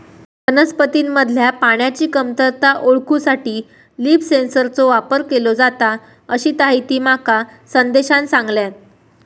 वनस्पतींमधल्या पाण्याची कमतरता ओळखूसाठी लीफ सेन्सरचो वापर केलो जाता, अशीताहिती माका संदेशान सांगल्यान